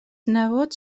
nebots